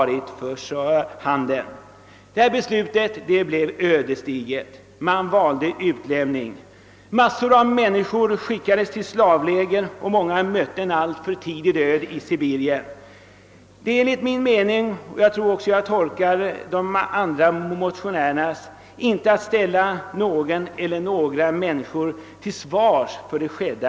Regeringens beslut i denna fråga blev ödesdigert. Man valde utlämning. Mängder av människor skickades till slavläger och många mötte en alltför tidig död i Sibirien. Det är inte min mening, och jag tror inte heller att det är de andra motionärernas avsikt, att ställa någon eller några människor till svars för det skedda.